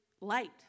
light